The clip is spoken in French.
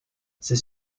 ces